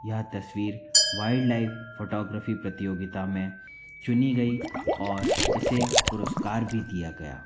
यह तस्वीर wildlife wildlife photography प्रतियोगिता में चुनी गई और इसे पुरुस्कार भी दिया गया